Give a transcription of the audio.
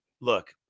look